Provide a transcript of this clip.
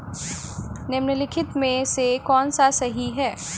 निम्नलिखित में से कौन सा सही है?